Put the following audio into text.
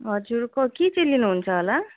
हजुर क के चाहिँ लिनुहुन्छ होला